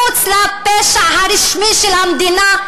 מחוץ לפשע הרשמי של המדינה,